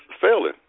failing